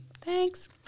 thanks